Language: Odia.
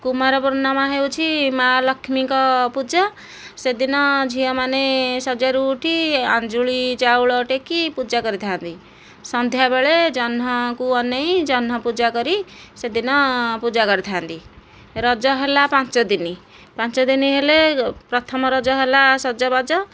କୁମାରପୂର୍ଣ୍ଣିମା ହେଉଛି ମା ଲକ୍ଷ୍ମୀଙ୍କ ପୂଜା ସେଦିନ ଝିଅ ମାନେ ଶେଯ ରୁ ଉଠି ଆଞ୍ଜୁଳି ଚାଉଳ ଟେକି ପୂଜା କରିଥାନ୍ତି ସନ୍ଧ୍ୟାବେଳେ ଜହ୍ନଙ୍କୁ ଅନେଇ ଜହ୍ନ ପୂଜା କରି ସେଦିନ ପୂଜା କରିଥାନ୍ତି ରଜ ହେଲା ପାଞ୍ଚ ଦିନ ପାଞ୍ଚ ଦିନ ହେଲେ ପ୍ରଥମ ରଜ ହେଲା ସଜ ବାଜ